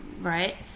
right